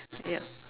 ya